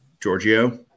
Giorgio